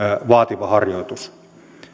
vaativa harjoitus